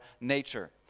nature